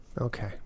Okay